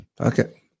okay